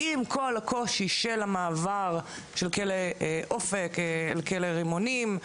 עם כל הקושי של המעבר של כלא אופק לכלא רימונים.